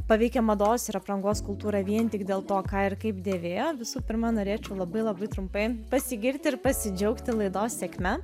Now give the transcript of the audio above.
paveikė mados ir aprangos kultūrą vien tik dėl to ką ir kaip dėvėjo visų pirma norėčiau labai labai trumpai pasigirti ir pasidžiaugti laidos sėkme